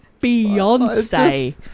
Beyonce